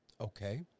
Okay